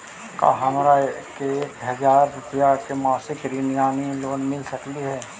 का हमरा के एक हजार रुपया के मासिक ऋण यानी लोन मिल सकली हे?